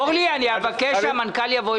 אורלי, אני אבקש שהמנכ"ל יבוא.